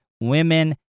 women